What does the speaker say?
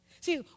See